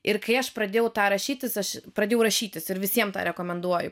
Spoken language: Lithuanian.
ir kai aš pradėjau tą rašytis aš pradėjau rašytis ir visiem rekomenduoju